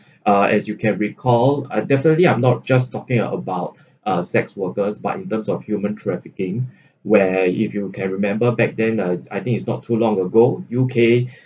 uh as you can recall uh definitely I'm not just talking about uh sex workers but in terms of human trafficking where if you can remember back then uh I think it's not too long ago U_K